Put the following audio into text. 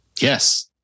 Yes